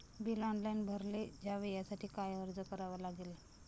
Bill online भरले जावे यासाठी काय अर्ज करावा लागेल?